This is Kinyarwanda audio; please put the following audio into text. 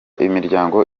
imiryango